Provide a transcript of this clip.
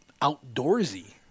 outdoorsy